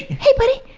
hey. but